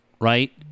right